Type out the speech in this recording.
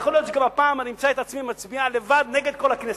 יכול להיות שגם הפעם אני אמצא את עצמי מצביע לבד נגד כל הכנסת.